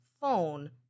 phone